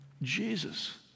Jesus